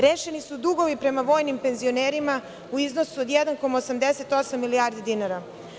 Rešeni su dugovi prema vojnim penzionerima u iznosu od 1,88 milijardi dinara.